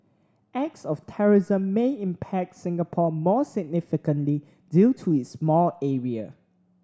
acts of terrorism may impact Singapore more significantly due to its small area